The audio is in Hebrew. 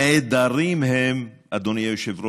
נעדרים הם" אדוני היושב-ראש,